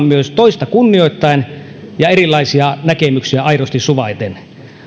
myös toista kunnioittaen ja erilaisia näkemyksiä aidosti suvaiten